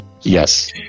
Yes